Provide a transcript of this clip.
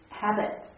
habit